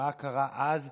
מה קרה אז,